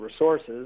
resources